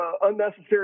unnecessary